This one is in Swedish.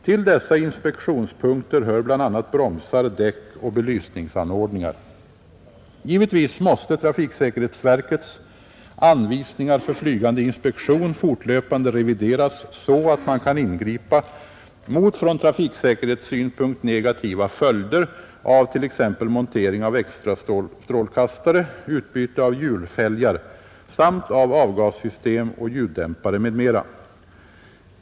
Till dessa inspektionspunkter hör bl.a. bromsar, däck och belysningsanordningar. Givetvis måste trafiksäkerhetsverkets anvisningar för flygande inspektion fortlöpande revideras så att man kan ingripa mot från trafiksäkerhetssynpunkt negativa följder av t.ex. montering av extrastrålkastare, utbyte av hjulfälgar samt avgassystem och ljuddämpare m.m.